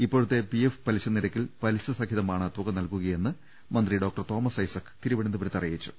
ഇപ്പോഴത്തെ P F പലിശ നിരക്കിൽ പലിശ സഹിത മാണ് തുക നൽകുകയെന്ന് മന്ത്രി ഡോക്ടർ തോമസ് ഐസക് തിരുവനന്ത പുരത്ത് അറിയിച്ചു